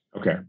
Okay